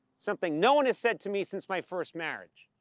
something no one has said to me since my first marriage.